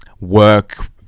work